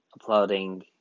uploading